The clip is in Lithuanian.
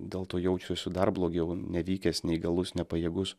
dėl to jausiuosiu dar blogiau nevykęs neįgalus nepajėgus